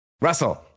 Russell